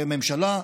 הממשלה,